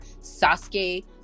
Sasuke